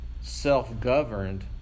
self-governed